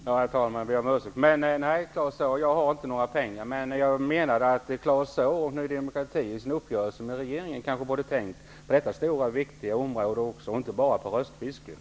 Herr talman! Nej, Claus Zaar, jag har inte några pengar. Men Claus Zaar och Ny demokrati borde nog vid sin uppgörelse med regeringen ha tänkt också på detta stora och viktiga område och inte bara på röstfisket.